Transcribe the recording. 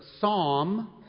psalm